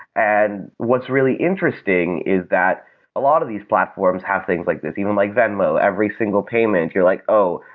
and what's really interesting is that a lot of these platforms have things like this. even like venlo, every single payment, you're like, oh,